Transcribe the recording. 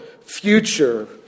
future